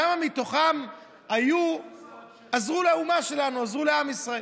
כמה מתוכם עזרו לאומה שלנו, עזרו לעם ישראל?